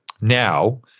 now